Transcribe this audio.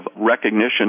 recognition